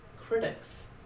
critics